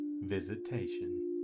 visitation